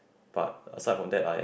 but aside from that I am